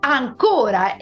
ancora